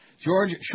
George